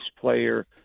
player